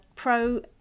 pro